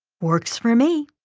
works for me,